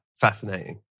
fascinating